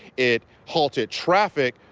it halted traffic.